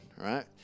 right